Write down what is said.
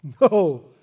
No